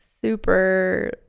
super